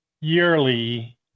yearly